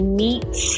meet